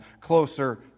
closer